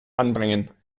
anbringen